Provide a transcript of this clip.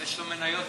יש לו מניות רבות.